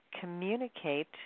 communicate